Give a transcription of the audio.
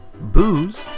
booze